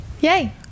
yay